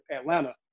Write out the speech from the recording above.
Atlanta